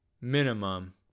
minimum